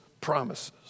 promises